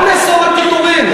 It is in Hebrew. בואו נאסור פיטורים,